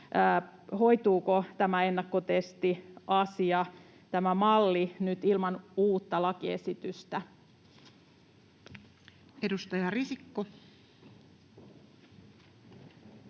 hoituuko tämä ennakkotestiasia, tämä malli, nyt ilman uutta lakiesitystä? Edustaja Risikko.